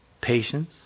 Patience